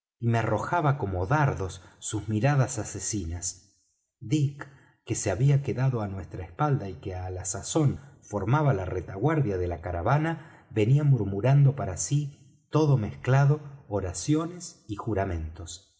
me arrojaba como dardos sus miradas asesinas dick que se había quedado á nuestra espalda y que á la sazón formaba la retaguardia de la caravana venía murmurando para sí todo mezclado oraciones y juramentos